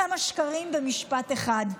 כמה שקרים במשפט אחד.